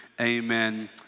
amen